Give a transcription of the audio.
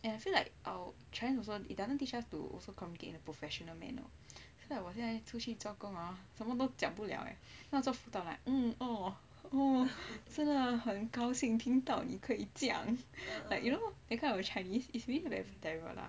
and I feel like chinese doesn't teach us to also communicate in a professional manner 现在我出去做工 hor 什么都讲不了 eh at most I'm just like mm orh 真的很高兴听到你可以讲 like you know that kind of chinese is really very terrible lah